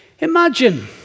Imagine